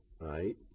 Right